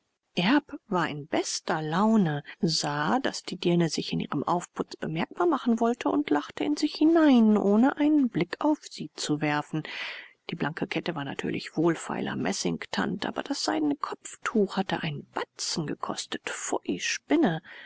war in bester laune sah daß die dirne sich in ihrem aufputz bemerkbar machen wolle und lachte in sich hinein ohne einen blick auf sie zu werfen die blanke kette war natürlich wohlfeiler messingtand aber das seidene kopftuch hatte einen batzen gekostet